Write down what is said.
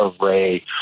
array